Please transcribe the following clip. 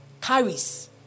carries